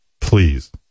Please